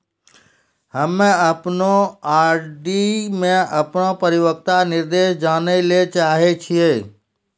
हम्मे अपनो आर.डी मे अपनो परिपक्वता निर्देश जानै ले चाहै छियै